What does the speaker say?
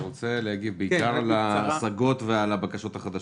אתה רוצה להגיב בעיקר על ההשגות ועל הבקשות החדשות?